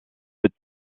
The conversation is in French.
est